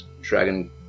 Dragon